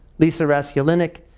lisa rasculenik,